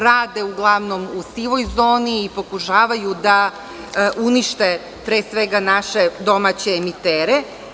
Rade uglavnom u sivoj zoni i pokušavaju da unište pre svega naše domaće emitere.